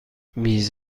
میز